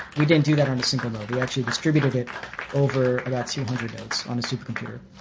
we didn't do that on a single node. we actually distributed it over about two hundred nodes on supercomputer.